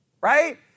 Right